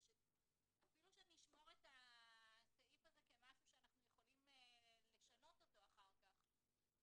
אפילו אם נשמור את הסעיף הזה כמשהו שאנחנו יכולים לשנות אותו אחר כך,